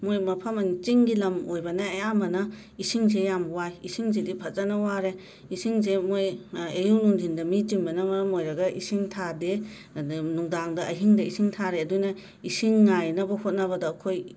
ꯃꯣꯏ ꯃꯐꯝ ꯑꯅꯤ ꯆꯤꯡꯒꯤ ꯂꯝ ꯑꯣꯏꯕꯅ ꯑꯌꯥꯝꯕꯅ ꯏꯁꯤꯡꯁꯦ ꯌꯥꯝ ꯋꯥꯏ ꯏꯁꯤꯡꯁꯤꯗꯤ ꯐꯖꯅ ꯋꯥꯔꯦ ꯏꯁꯤꯡꯁꯦ ꯃꯣꯏ ꯑꯌꯨꯛ ꯅꯨꯡꯙꯤꯟꯗ ꯃꯤꯆꯤꯟꯕꯅ ꯃꯔꯝ ꯑꯣꯏꯔꯒ ꯏꯁꯤꯡ ꯊꯥꯗꯦ ꯑꯗ ꯅꯨꯡꯗꯥꯡꯗ ꯑꯍꯤꯡꯗ ꯏꯁꯤꯡ ꯊꯥꯔꯦ ꯑꯗꯨꯅ ꯏꯁꯤꯡ ꯉꯥꯏꯅꯕ ꯍꯣꯠꯅꯕꯗ ꯑꯩꯈꯣꯏ